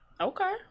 Okay